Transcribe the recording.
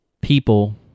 People